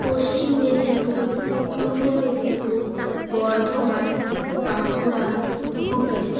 Paschim Medinipur Purba Medinipur Bardhaman Bankura Hooghly